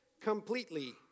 completely